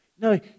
No